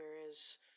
whereas